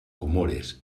comores